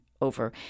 over